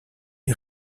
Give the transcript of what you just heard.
est